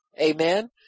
Amen